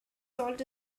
salt